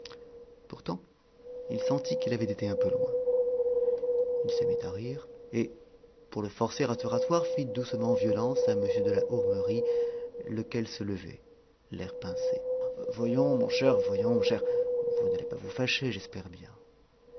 pourtant il sentit qu'il avait été un peu loin il se mit à rire et pour le forcer à se rasseoir fit doucement violence à m de la hourmerie lequel se levait l'air pincé voyons mon cher voyons mon cher vous n'allez pas vous fâcher j'espère bien